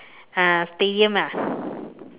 uh stadium ah